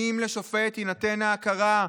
אם לשופט תינתן ההכרה,